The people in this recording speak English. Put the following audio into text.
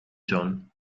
jon